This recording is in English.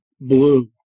blue